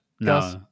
No